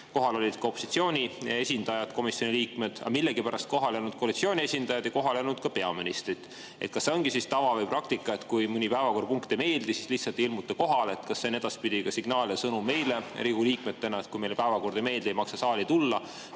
Kohal olid ka opositsiooni esindajad ja komisjoni liikmed, aga millegipärast ei olnud kohal koalitsiooni esindajaid ja kohal ei olnud ka peaministrit. Kas see ongi tava või praktika, et kui mõni päevakorrapunkt ei meeldi, siis lihtsalt ei ilmuta kohale? Kas see on edaspidi ka signaal ja sõnum meile, Riigikogu liikmetele, et kui meile päevakord ei meeldi, siis ei maksa saali tulla?